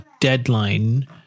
deadline